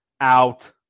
out